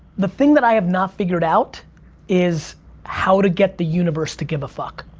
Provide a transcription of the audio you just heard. the thing that i have not figured out is how to get the universe to give a fuck.